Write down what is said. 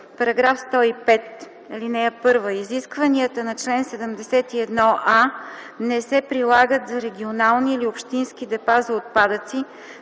„§ 105. (1) Изискванията на чл. 71а не се прилагат за регионални или общински депа за отпадъци,